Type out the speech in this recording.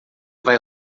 vai